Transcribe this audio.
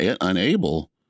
unable